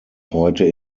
heute